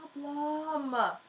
problem